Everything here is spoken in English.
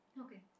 Okay